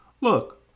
look